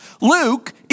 Luke